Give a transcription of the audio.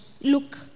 Look